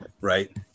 Right